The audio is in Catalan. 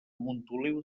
montoliu